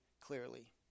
clearly